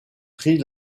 prit